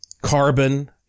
carbon